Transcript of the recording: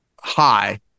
high